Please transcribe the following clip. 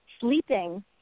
sleeping